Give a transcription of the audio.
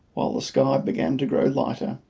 while the sky began to grow lighter.